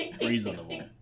Reasonable